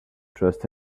trust